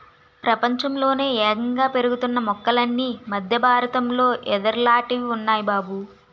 ప్రపంచంలోనే యేగంగా పెరుగుతున్న మొక్కలన్నీ మద్దె బారతంలో యెదుర్లాటివి ఉన్నాయ్ బాబూ